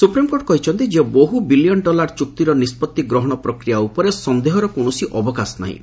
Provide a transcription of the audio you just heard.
supreme court କହିଛନ୍ତିଯେ ବହୁ billion dollar ଚୁକ୍ତିର ନିଷ୍ପଭି ଗ୍ରହଣ ପ୍ରକ୍ରିୟା ଉପରେ ସନ୍ଦେହର କୌଣସି ଅବକାଶ ନାହିଁ